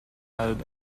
had